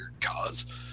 cause